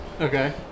Okay